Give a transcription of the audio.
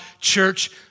church